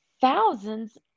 thousands